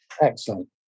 Excellent